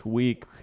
week